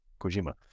Kojima